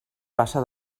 bassa